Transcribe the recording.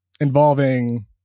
Involving